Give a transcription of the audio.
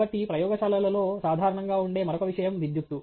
కాబట్టి ప్రయోగశాలలలో సాధారణంగా ఉండే మరొక విషయం విద్యుత్తు